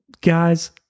guys